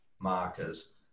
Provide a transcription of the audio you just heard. markers